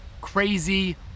crazy